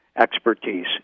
expertise